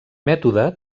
mètode